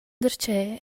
darcheu